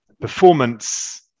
performance